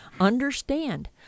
understand